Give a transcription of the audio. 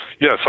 Yes